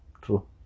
True